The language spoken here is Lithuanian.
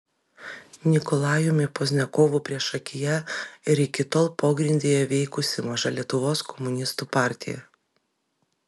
nikolajumi pozdniakovu priešakyje ir iki tol pogrindyje veikusi maža lietuvos komunistų partija